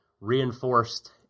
reinforced